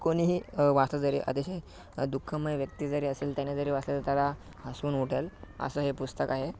कुणीही वाचलं तरी अतिशय दुःखमय व्यक्ती जरी असेल त्यानी जरी वाचलं तर त्याला हसून उठल असं हे पुस्तक आहे